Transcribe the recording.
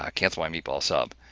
ah cancel my meatball sub,